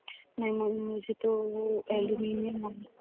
नहीं मेम मुझे तो वो एलुमिनियम वायर